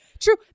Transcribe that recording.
True